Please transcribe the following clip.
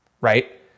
right